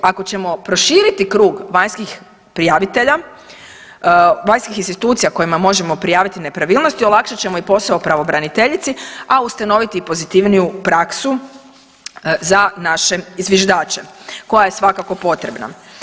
Ako ćemo proširiti krug vanjskih prijavitelja, vanjskih institucija kojima možemo prijaviti nepravilnosti olakšat ćemo i posao pravobraniteljici, a ustanoviti i pozitivniju praksu za naše zviždače koja je svakako potrebna.